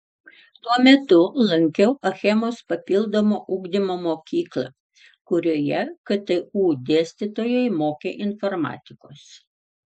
tuo metu lankiau achemos papildomo ugdymo mokyklą kurioje ktu dėstytojai mokė informatikos